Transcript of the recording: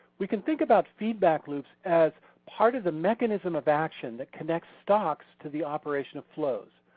we can think about feedback loops as part of the mechanism of action that connects stocks to the operation of flows.